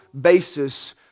basis